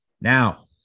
Now